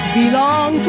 belong